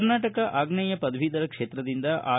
ಕರ್ನಾಟಕ ಆಗ್ನೇಯ ಪದವೀಧರ ಕ್ಷೇತ್ರದಿಂದ ಆರ್